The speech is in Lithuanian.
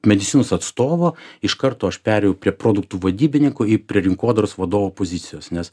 medicinos atstovo iš karto aš perėjau prie produktų vadybininko į prie rinkodaros vadovo pozicijos nes